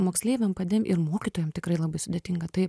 moksleiviam kadem ir mokytojam tikrai labai sudėtinga taip